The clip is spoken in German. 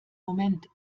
moment